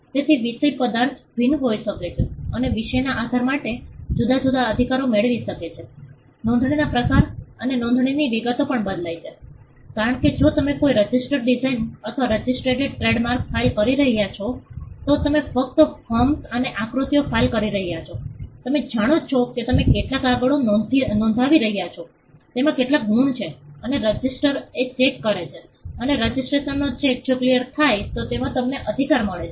તેથી વિષય પદાર્થ ભિન્ન હોઇ શકે છે અને વિષયના આધારે તમે જુદા જુદા અધિકારો મેળવી શકો છો નોંધણીના પ્રકાર અને નોંધણીની વિગતો પણ બદલાય છે કારણ કે જો તમે કોઈ રજિસ્ટર ડિઝાઇન અથવા રજિસ્ટર્ડ ટ્રેડમાર્ક ફાઇલ કરી રહ્યા હો તમે ફક્ત ફોર્મ્સ અને આકૃતિઓ ફાઇલ કરી રહ્યા છો તમે જાણો છો કે તમે કેટલાક કાગળો નોંધાવી રહ્યા છો તેમાં કેટલાક ગુણ છે અને રજિસ્ટ્રી એ ચેક કરે છે અને રજિસ્ટ્રીનો ચેક જો ક્લીયર થાય છે તો તમને તમારો અધિકાર મળે છે